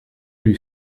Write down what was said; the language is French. lui